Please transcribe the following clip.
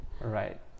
Right